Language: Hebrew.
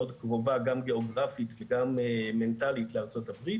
מאוד קרובה גם גיאוגרפית וגם מנטלית לארה"ב,